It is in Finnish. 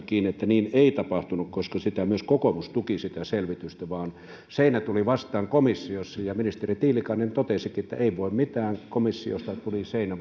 kiinni että niin ei tapahtunut koska myös kokoomus tuki sitä selvitystä vaan seinä tuli vastaan komissiossa ministeri tiilikainen totesikin että ei voi mitään komissiossa tuli seinä